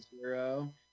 zero